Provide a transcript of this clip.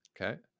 Okay